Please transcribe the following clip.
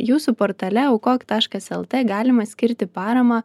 jūsų portale aukok taškas lt galima skirti paramą